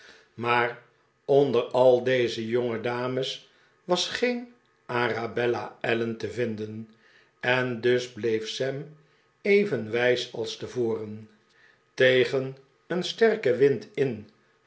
maar onder ai deze jongedames was geen arabella allen te vinden en dus bleef sam even wijs als tevoren tegen een sterken wind in